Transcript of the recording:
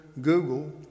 Google